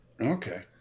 Okay